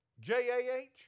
J-A-H